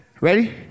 Ready